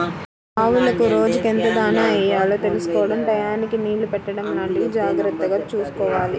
ఆవులకు రోజుకెంత దాణా యెయ్యాలో తెలుసుకోడం టైయ్యానికి నీళ్ళు పెట్టడం లాంటివి జాగర్తగా చూసుకోవాలి